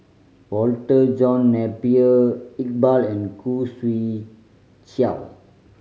Walter John Napier Iqbal and Khoo Swee Chiow